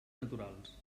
naturals